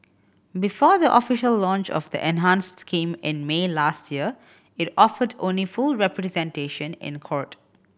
before the official launch of the enhanced scheme in May last year it offered only full representation in a court